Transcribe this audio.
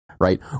right